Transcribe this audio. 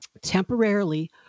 temporarily